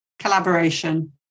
collaboration